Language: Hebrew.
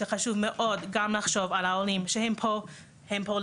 חשוב לחשוב גם על העולים שנמצאים פה לבד,